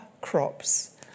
crops